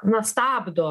na stabdo